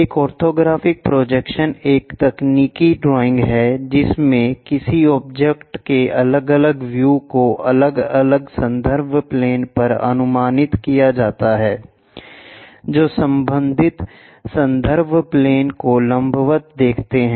एक orthographic projection एक तकनीकी ड्राइंग है जिसमें किसी ऑब्जेक्ट के अलग अलग व्यू को अलग अलग संदर्भ प्लेन पर अनुमानित किया जाता है जो संबंधित संदर्भ प्लेन को लंबवत देखते हैं